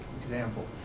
example